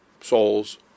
souls